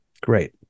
Great